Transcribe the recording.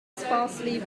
sparsely